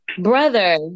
brother